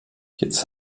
jetzt